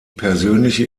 persönliche